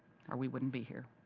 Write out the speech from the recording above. or we wouldn't be here.